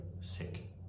sick